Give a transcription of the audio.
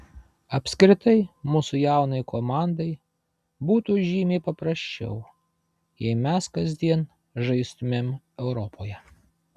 apskritai mūsų jaunai komandai būtų žymiai paprasčiau jei mes kasdien žaistumėm europoje